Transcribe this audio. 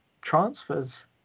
transfers